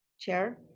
chair,